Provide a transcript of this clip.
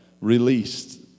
released